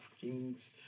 Kings